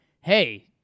hey